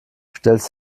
stellst